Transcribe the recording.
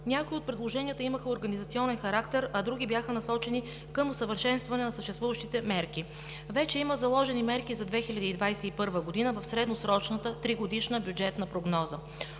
Някои от предложенията имаха организационен характер, а други бяха насочени към усъвършенстване на съществуващите мерки. Вече има заложени мерки за 2021 г. в средносрочната 3-годишна прогноза: